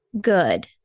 good